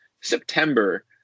September